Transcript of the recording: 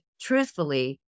Truthfully